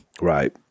Right